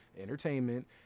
entertainment